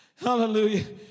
Hallelujah